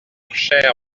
cher